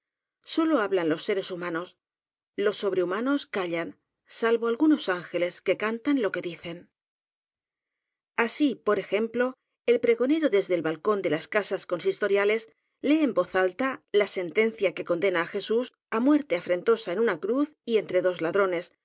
sólo hablan los seres humanos los sobre humanos callan salvo algunos ángeles que cantar lo que dicen así por ejemplo el pregonero desde el balcón de las casas consistoriales lee en alta voz la sen tencia que condena á jesús á muerte afrentosa en una cruz y entre dos ladrones